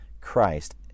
christ